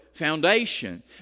foundation